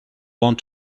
want